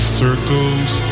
circles